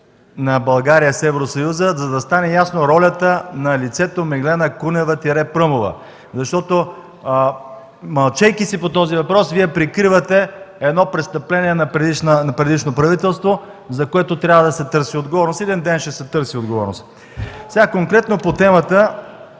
на България с Евросъюза, за да стане ясна ролята на лицето Меглена Кунева-Пръмова. Защото, мълчейки си по този въпрос, Вие прикривате едно престъпление на предишно правителство, за което трябва да се търси отговорност. Един ден ще се търси отговорност. Конкретно по темата